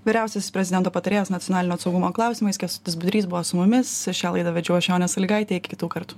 vyriausiasis prezidento patarėjas nacionalinio saugumo klausimais kęstutis budrys buvo su mumis šią laidą vedžiau aš jonė salygaitė iki kitų kartų